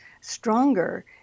stronger